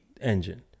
engine